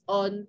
on